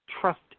trust